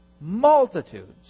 multitudes